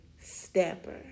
stepper